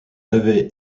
avait